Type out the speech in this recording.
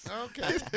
Okay